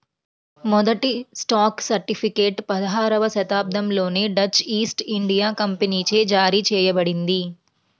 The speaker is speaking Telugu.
మొదటి స్టాక్ సర్టిఫికేట్ పదహారవ శతాబ్దంలోనే డచ్ ఈస్ట్ ఇండియా కంపెనీచే జారీ చేయబడింది